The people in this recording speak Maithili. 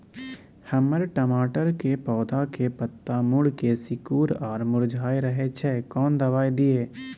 हमर टमाटर के पौधा के पत्ता मुड़के सिकुर आर मुरझाय रहै छै, कोन दबाय दिये?